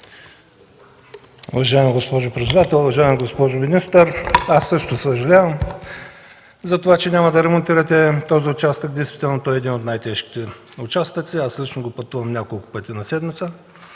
Уважаема госпожо председател, уважаема госпожо министър! Аз също съжалявам, че няма да ремонтирате този участък. Действително той е един от най-тежките участъци. Аз също го пътувам няколко пъти на седмица